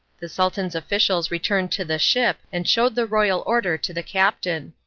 the sultan's officials returned to the ship and showed the royal order to the captain.